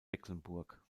mecklenburg